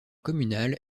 communal